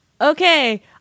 Okay